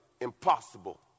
impossible